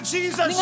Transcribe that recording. Jesus